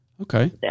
Okay